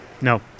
No